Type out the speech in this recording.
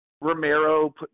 Romero